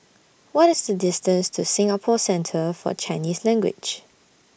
What IS The distance to Singapore Centre For Chinese Language